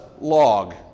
log